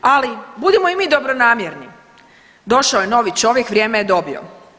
Ali budimo i mi dobronamjerni, došao je novi čovjek vrijeme je dobio.